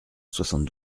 soixante